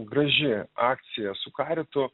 graži akcija su karitu